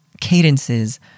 cadences